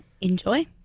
enjoy